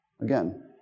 Again